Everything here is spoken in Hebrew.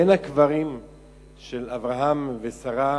בין הקברים של אברהם ושרה,